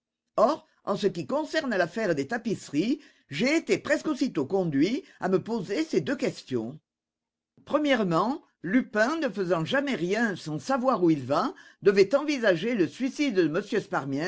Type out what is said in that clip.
or en ce qui concerne l'affaire des tapisseries j'ai été presque aussitôt conduit à me poser ces deux questions lupin ne faisant jamais rien sans savoir où il va devait envisager le suicide de